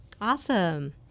Awesome